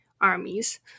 armies